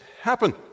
happen